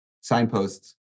signposts